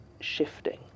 shifting